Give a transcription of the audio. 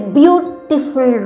beautiful